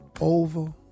Over